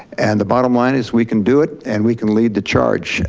and the bottom line is we can do it and we can lead the charge.